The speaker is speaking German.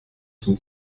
zum